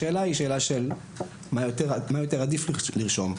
השאלה היא שאלה של מה יותר עדיף לרשום,